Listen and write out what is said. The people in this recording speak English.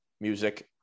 music